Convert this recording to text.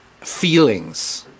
feelings